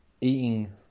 eating